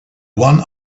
one